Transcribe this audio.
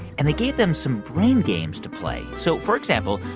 and they gave them some brain games to play. so for example,